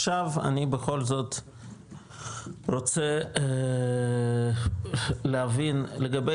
עכשיו, אני בכל זאת רוצה להבין לגבי